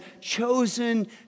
chosen